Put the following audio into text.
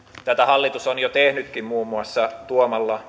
tätä hallitus on jo tehnytkin muun muassa tuomalla